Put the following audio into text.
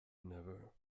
never